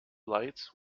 lights